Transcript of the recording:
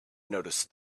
noticed